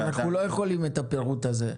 אנחנו לא יכולים לרדת לפירוט כזה.